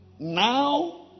Now